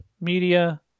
media